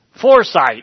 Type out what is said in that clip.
foresight